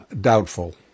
doubtful